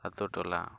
ᱟᱹᱛᱩᱼᱴᱚᱞᱟ